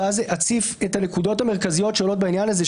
ואז אציף את הנקודות המרכזיות שעולות בעניין הזה.